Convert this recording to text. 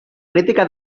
crítica